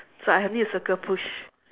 so I I need to circle push